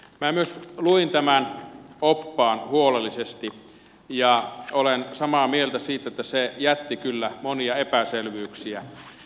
minä myös luin tämän oppaan huolellisesti ja olen samaa mieltä siitä että se jätti kyllä monia epäselvyyksiä